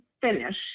finish